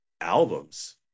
albums